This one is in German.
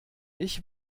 ich